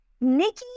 Nikki